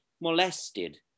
molested